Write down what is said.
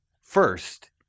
first